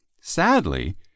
Sadly